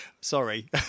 sorry